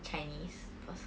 chinese because